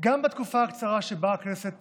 גם בתקופה הקצרה שבה הכנסת